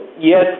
Yes